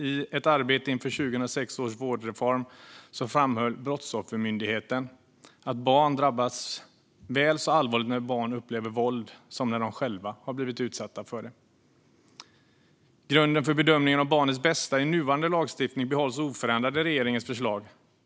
I ett arbete inför 2006 års vårdnadsreform framhöll Brottsoffermyndigheten att barn drabbas väl så allvarligt när de upplever våld i sin närmiljö som när de själva blir utsatta för det. Grunden för bedömningen av barnets bästa i nuvarande lagstiftning behålls oförändrad i regeringens förslag.